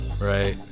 right